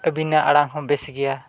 ᱟᱵᱤᱱᱟᱜ ᱟᱲᱟᱝ ᱦᱚᱸ ᱵᱮᱥ ᱜᱮᱭᱟ